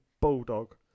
Bulldog